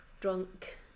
drunk